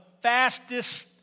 fastest